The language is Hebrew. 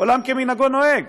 עולם כמנהגו נוהג,